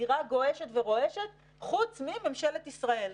הזירה גועשת ורועשת, חוץ מממשלת ישראל.